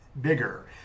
bigger